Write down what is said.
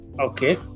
Okay